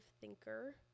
thinker